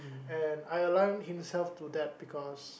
and I align himself for that because